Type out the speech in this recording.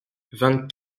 vingt